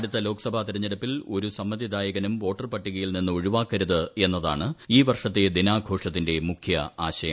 അടുത്ത ലോക്സഭാ തെരഞ്ഞെടുപ്പിൽ ഒരു സമ്മതിദായകനും വോട്ടർപട്ടികയിൽ നിന്ന് ഒഴിവാക്കരുത് എന്നതാണ് ഈ വർഷത്തെ ദിനാഘോഷത്തിന്റെ മുഖ്യ ആശയം